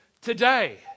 today